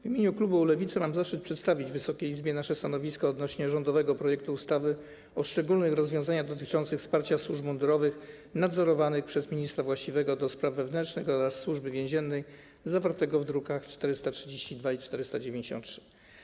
W imieniu klubu Lewicy mam zaszczyt przedstawić Wysokiej Izbie nasze stanowisko odnośnie do rządowego projektu ustawy o szczególnych rozwiązaniach dotyczących wsparcia służb mundurowych nadzorowanych przez ministra właściwego do spraw wewnętrznych oraz Służby Więziennej, druki nr 432 i 493.